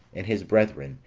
and his brethren,